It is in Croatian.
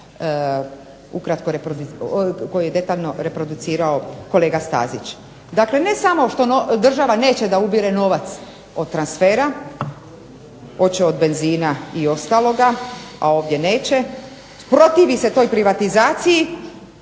koji je detaljno reproducirao kolega Stazić. Dakle ne samo što država neće da ubire novac od transfera, hoće od benzina i ostaloga, a ovdje neće, protivi se toj privatizaciji,